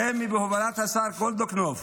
רמ"י בהובלת השר גולדקנופ,